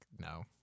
no